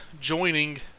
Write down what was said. joining